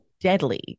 deadly